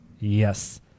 Yes